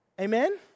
Amen